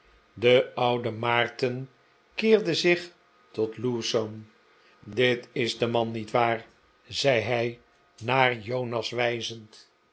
de oude maarten keerde zich tot lewsome dit is de man niet waar zei hij naar jonas wijzend